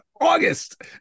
August